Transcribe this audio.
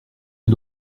est